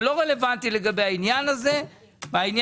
זה לא רלוונטי לגבי העניין הזה והעניין